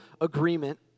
agreement